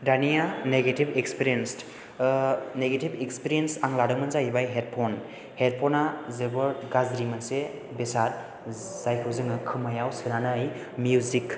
दानिया negative experience negative experience आं लादोंमोन जाहैबाय हेडफ'न हेडफ'न आ जोबोर गाज्रि मोनसे बेसाद जायखौ जोङो खोमायाव सोनानै मिउजिक